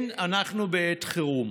כן, אנחנו בעת חירום.